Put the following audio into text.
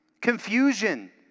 Confusion